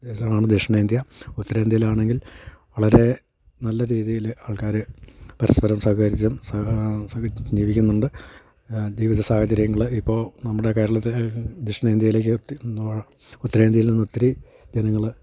ദേശമാണ് ദക്ഷിണേന്ത്യ ഉത്തരേന്ത്യയിലാണെങ്കിൽ വളരെ നല്ല രീതിയിൽ ആൾക്കാർ പരസ്പരം സഹകരിച്ചും സഹിച്ചും ജീവിക്കുന്നുണ്ട് ജീവിത സാഹചര്യങ്ങൾ ഇപ്പോൾ നമ്മുടെ കേരളത്തിനെ ദക്ഷിണേന്ത്യയിലേക്ക് ഉത്തരേന്ത്യയിൽ നിന്ന് ഒത്തിരി ജനങ്ങൾ